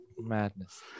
Madness